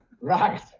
Right